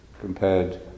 compared